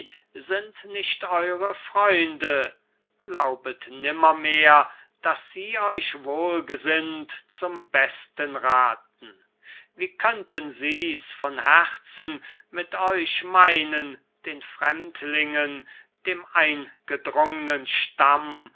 sind nicht eure freunde glaubet nimmermehr daß sie euch wohlgesinnt zum besten rathen wie könnten sie's von herzen mit euch meinen den fremdlingen dem eingedrungnen stamm